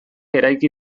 eraiki